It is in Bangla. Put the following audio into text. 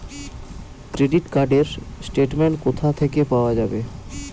ক্রেডিট কার্ড র স্টেটমেন্ট কোথা থেকে পাওয়া যাবে?